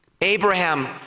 Abraham